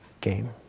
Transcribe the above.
game